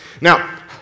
Now